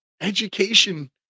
education